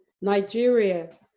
Nigeria